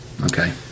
Okay